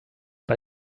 but